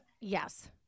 Yes